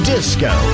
Disco